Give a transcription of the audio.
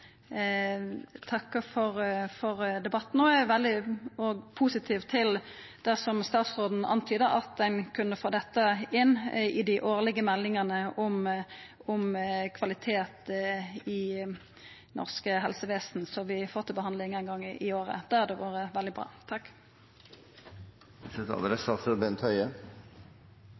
for debatten, og eg er veldig positiv til det som statsråden antyda – at ein kunne få dette inn i dei årlege meldingane om kvalitet i norsk helsevesen, som vi får til behandling ein gong i året. Det hadde vore veldig bra. Til det